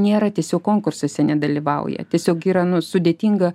nėra tiesiog konkursuose nedalyvauja tiesiog yra nu sudėtinga